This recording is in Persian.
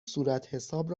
صورتحساب